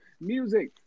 music